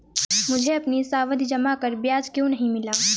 मुझे अपनी सावधि जमा पर ब्याज क्यो नहीं मिला?